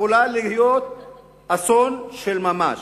יכולה להיות אסון של ממש,